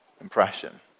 impression